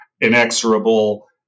inexorable